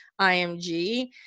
IMG